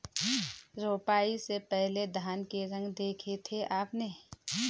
रोपाई से पहले धान के रंग देखे थे आपने?